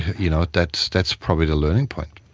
you know that's that's probably the learning point.